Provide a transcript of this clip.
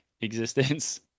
existence